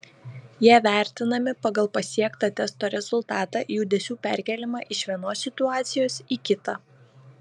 jie vertinami pagal pasiektą testo rezultatą judesių perkėlimą iš vienos situacijos į kitą